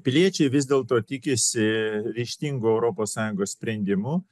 piliečiai vis dėlto tikisi ryžtingų europos sąjungos sprendimų